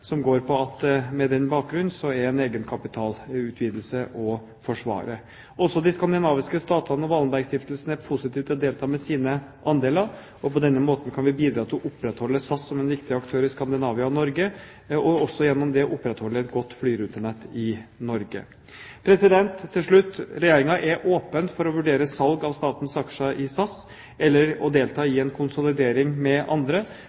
som går på at med den bakgrunn er en egenkapitalutvidelse å forsvare. De skandinaviske stater og Wallenberg-stiftelsen er også positive til å delta med sine andeler. På denne måten kan vi bidra til å opprettholde SAS som en viktig aktør i Skandinavia og i Norge, og gjennom det opprettholde et godt flyrutenett i Norge. Til slutt: Regjeringen er åpen for å vurdere salg av statens aksjer i SAS eller å delta i en konsolidering med andre,